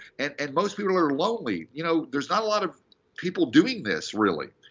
and and most people are lonely. you know, there's not a lot of people doing this, really.